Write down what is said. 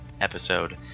episode